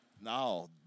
Now